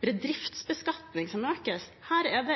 det